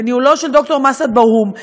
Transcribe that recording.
בניהולו של ד"ר מסעד ברהום,